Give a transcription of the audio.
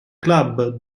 club